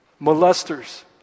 molesters